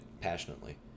passionately